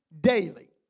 daily